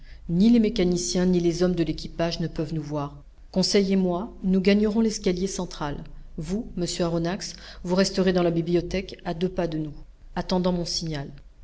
ni les mécaniciens ni les hommes de l'équipage ne peuvent nous voir conseil et moi nous gagnerons l'escalier central vous monsieur aronnax vous resterez dans la bibliothèque à deux pas de nous attendant mon signal